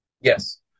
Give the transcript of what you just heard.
Yes